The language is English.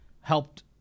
helped